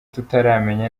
tutaramenya